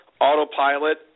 autopilot